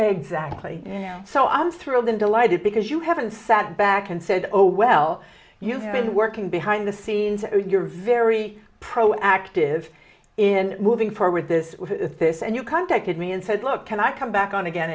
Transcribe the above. exactly so i'm thrilled and delighted because you haven't sat back and said oh well you have been working behind the scenes you're very proactive in moving forward this this and you contacted me and said look can i come back on again